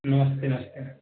नमस्ते नमस्ते